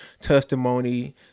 testimony